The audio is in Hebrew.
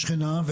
השכנה,